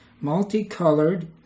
multicolored